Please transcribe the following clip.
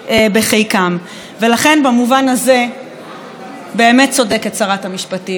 במובן הזה באמת צודקת שרת המשפטים: זה או אנחנו או הם,